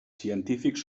científics